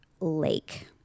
lake